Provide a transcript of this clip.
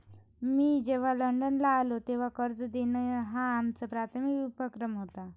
मी जेव्हा लंडनला आलो, तेव्हा कर्ज देणं हा आमचा प्राथमिक उपक्रम होता